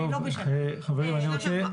לא השנה, בשנה שעברה.